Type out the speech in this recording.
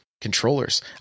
controllers